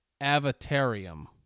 Avatarium